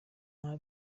nta